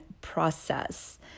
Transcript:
process